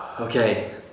Okay